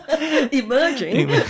emerging